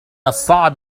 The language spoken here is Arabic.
الصعب